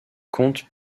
comtes